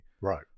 right